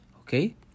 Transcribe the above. okay